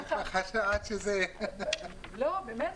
באמת.